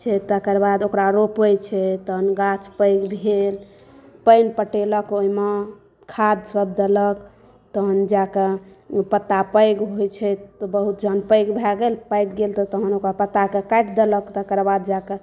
छै तकर बाद ओकरा रोपै छै तहन गाछ पैघ भेल पानि पटेलक ओहिमे खाद सब देलक तहन जाए कऽ पत्ता पैघ होइ छै तऽ बहुत जहन पैघ भए गेल पाकि गेल तऽ तहन ओकरा पत्ताके काटि देलक तकर बाद जाए कऽ